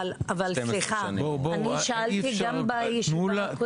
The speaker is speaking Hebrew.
אבל סליחה, אני שאלתי גם בישיבה הקודמת.